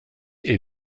est